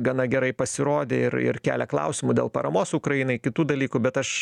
gana gerai pasirodė ir ir kelia klausimų dėl paramos ukrainai kitų dalykų bet aš